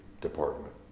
department